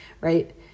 right